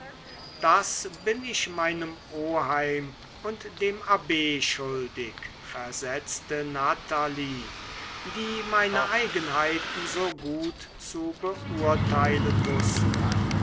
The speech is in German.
das bin ich meinem oheim und dem abb schuldig versetzte natalie die meine eigenheiten so gut zu beurteilen wußten